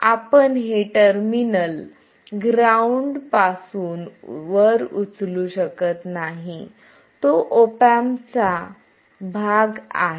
तर आपण हे टर्मिनल ग्राउंड पासून वर उचलू शकत नाही ते ऑप एम्पचा भाग आहे